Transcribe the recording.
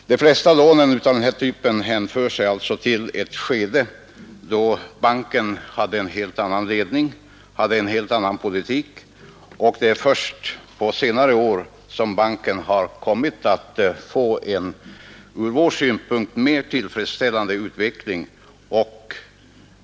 De flesta lånen av det här slaget hänför sig alltså till ett skede då banken hade en helt annan ledning och förde en helt annan politik än i dag, och det är först på senare år som banken har kommit att få en ur vår synpunkt mer tillfredsställande utveckling.